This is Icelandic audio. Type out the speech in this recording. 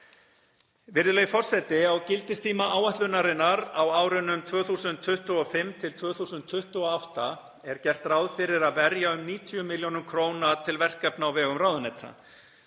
Virðulegi forseti. Á gildistíma áætlunarinnar á árunum 2025–2028 er gert ráð fyrir að verja um 90 millj. kr. til verkefna á vegum ráðuneyta.